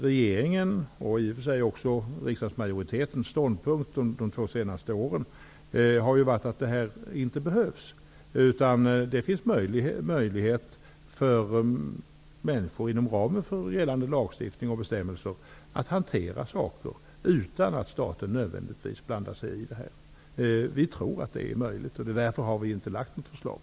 Regeringens och riksdagsmajoritetens ståndpunkter under de två senaste åren har ju varit att det inte behövs någon fiskevårdsavgift. Det finns möjlighet för människor inom ramen för gällande lagstiftning och bestämmelser att hantera saken utan att staten nödvändigtvis blandar sig i frågan. Vi tror att detta är möjligt. Därför har vi inte lagt fram något sådant förslag.